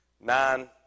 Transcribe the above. nine